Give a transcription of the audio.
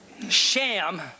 Sham